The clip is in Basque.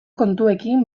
kontuekin